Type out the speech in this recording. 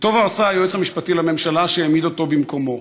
וטוב עשה היועץ המשפטי לממשלה שהעמיד אותו במקומו.